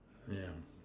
yeah